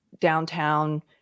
downtown